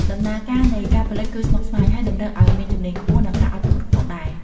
ដំណើរការនៃការផលិតគឺស្មុគស្មាញ ហើយតម្រូវឲ្យមានជំនាញខ្ពស់ និងការអត់ធ្មត់ផងដែរ។